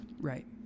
Right